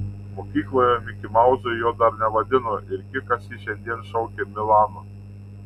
mokykloje mikimauzu jo dar nevadino ir kikas jį šiandien šaukė milanu